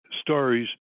stories